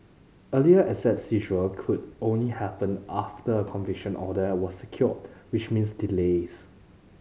earlier asset seizure could only happen after a conviction order was secured which meant delays